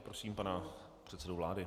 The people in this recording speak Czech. Prosím pana předsedu vlády.